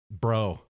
bro